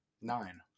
Nine